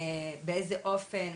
באיזה אופן,